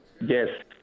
Yes